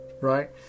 right